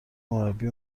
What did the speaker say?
مربی